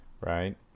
right